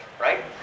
right